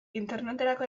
interneterako